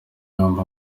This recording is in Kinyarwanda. yombi